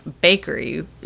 bakery